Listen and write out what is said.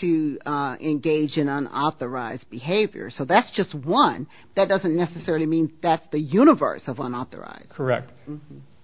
to engage in an authorized behavior so that's just one that doesn't necessarily mean that the universe have an authorized correct